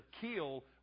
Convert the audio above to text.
kill